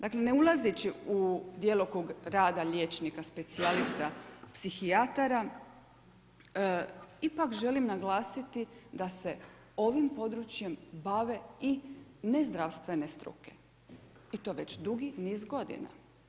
Dakle, ne ulazeći u djelokrug rada liječnika specijalista psihijatara ipak želim naglasiti da se ovim područjem bave i ne zdravstvene struke i to već dugi niz godina.